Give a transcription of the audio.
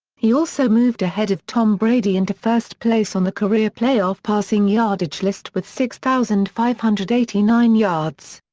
he also moved ahead of tom brady into first place on the career playoff passing yardage list with six thousand five hundred and eighty nine yards.